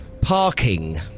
Parking